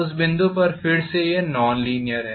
उस बिंदु पर फिर से यह नॉन लीनीयर है